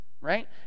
right